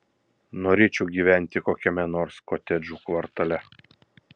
norėčiau gyventi kokiame nors kotedžų kvartale